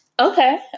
Okay